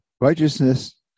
Righteousness